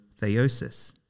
theosis